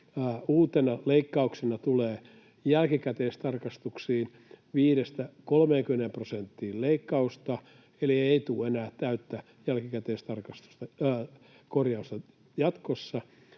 Uutena leikkauksena tulee jälkikäteistarkastuksiin 5—30 prosentin leikkaus, eli ei tule enää täyttä jälkikäteiskorjausta jatkossa.